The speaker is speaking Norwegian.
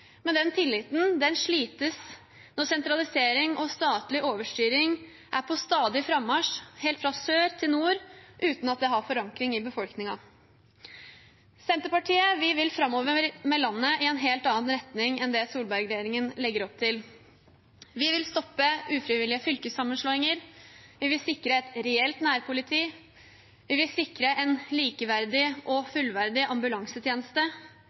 Men den tilliten slites når sentralisering og statlig overstyring er på stadig frammarsj helt fra sør til nord uten at det har forankring i befolkningen. Vi i Senterpartiet vil framover ha landet i en helt annen retning enn det Solberg-regjeringen legger opp til. Vi vil stoppe ufrivillige fylkessammenslåinger, vi vil sikre et reelt nærpoliti, vi vil sikre en likeverdig og fullverdig ambulansetjeneste,